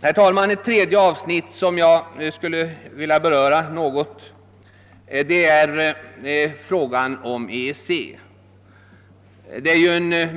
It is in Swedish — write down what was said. Herr talman! Jag skulle också vilja beröra ett tredje avsnitt, nämligen EEC-frågan, som är